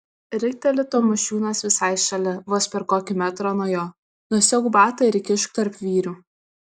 rikteli tamošiūnas visai šalia vos per kokį metrą nuo jo nusiauk batą ir įkišk tarp vyrių